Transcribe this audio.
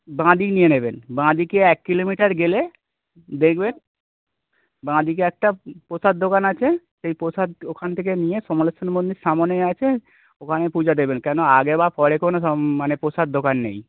বাঁদিক নিয়ে নেবেন বাঁদিকে এক কিলোমিটার গেলে দেখবেন বাঁদিকে একটা প্রসাদ দোকান আছে সেই প্রসাদ ওখান থেকে নিয়ে সমলেশ্বর মন্দির সামনে আছে ওখানে পুজো দেবেন কেননা আগে বা পরে কোনো সোম মানে প্রসাদ দোকান নেই